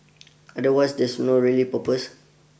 otherwise there's no really purpose